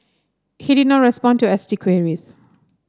he did not respond to S T queries